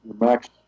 max